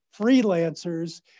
freelancers